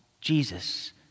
Jesus